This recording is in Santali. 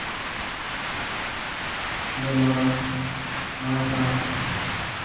ᱜᱮᱞ ᱢᱚᱬᱮ ᱢᱚᱬᱮ ᱥᱟᱭ